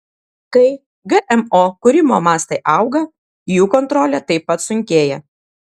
kai gmo kūrimo mastai auga jų kontrolė taip pat sunkėja